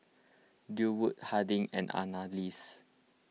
Durwood Harding and Annalise